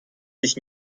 sich